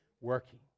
working